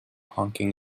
honking